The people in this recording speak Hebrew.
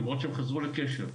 למרות שהם חזרו לקשר.